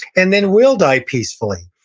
and then we'll die peacefully.